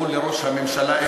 הוא לראש הממשלה,